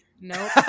Nope